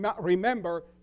remember